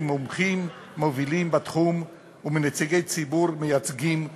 ממומחים מובילים בתחום ומנציגי ציבור מייצגים ומגוונים.